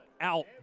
out